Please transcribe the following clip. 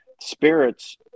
spirits